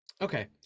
Okay